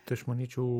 tai aš manyčiau